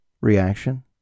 reaction